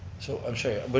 so, i'm sorry,